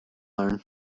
learn